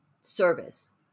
service